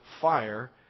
fire